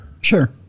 Sure